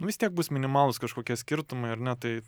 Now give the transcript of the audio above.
nu vis tiek bus minimalūs kažkokie skirtumai ar ne tai